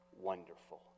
wonderful